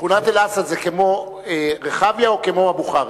שכונת אל-עשר זה כמו רחביה או כמו הבוכרים?